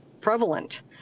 prevalent